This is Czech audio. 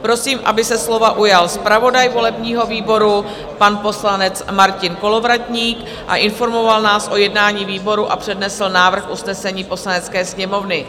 Prosím, aby se slova ujal zpravodaj volebního výboru, pan poslanec Martin Kolovratník, a informoval nás o jednání výboru a přednesl návrh usnesení Poslanecké sněmovny.